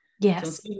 Yes